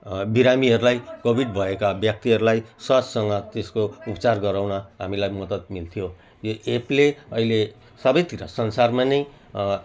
बिरामीहरूलाई कोविड भएका व्यक्तिहरूलाई सहजसँग त्यसको उपचार गराउन हामीलाई मद्त मिल्थ्यो यो एपले अहिले सबैतिर संसारमा नै